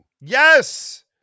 Yes